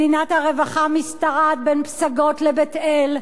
מדינת הרווחה משתרעת בין פסגות לבית-אל.